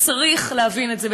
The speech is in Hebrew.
וצריך להבין את זה,